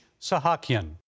Sahakian